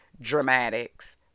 dramatics